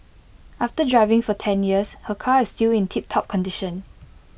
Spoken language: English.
after driving for ten years her car is still in tiptop condition